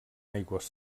aigües